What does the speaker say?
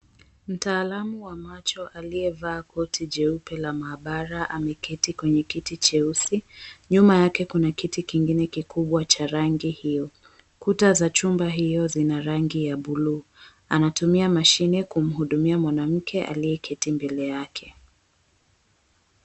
Mtaalamu wa macho aliyevaa koti jeupe la maabara ameketi kwenye kiti cheusi, nyuma yake kuna kiti kingine kikubwa cha rangi hiyo. Kuta za chumba hiyo zina rangi ya blue . Anatumia mashine kumhudumia mwanamke aliyeketi mbele yake.